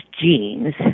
genes